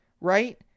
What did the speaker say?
right